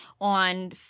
on